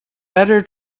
better